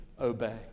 obey